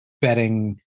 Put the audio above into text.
betting